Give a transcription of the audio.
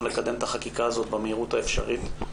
לקדם את החקיקה הזאת במהירות האפשרית.